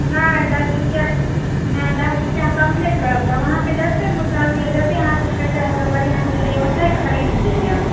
नहि दश रुपआ नहि दश रुपआ कम नहि करब तब अहाँकेँ जतेमे सँ आबैया जते अहाँकेँ फायदा होइया बढ़िआँ मिलैया ओतहे खरीद लिअ